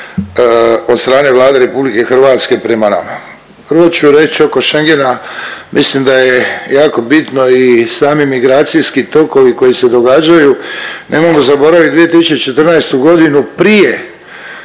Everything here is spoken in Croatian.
od strane Vlade RH prema nama. Prvo ću reć oko Schengena, mislim da je jako bitno i sami migracijski tokovi koji se događaju, nemojmo zaboravit 2014.g. prije